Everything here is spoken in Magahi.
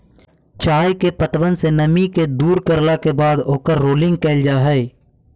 चाय के पत्तबन से नमी के दूर करला के बाद ओकर रोलिंग कयल जा हई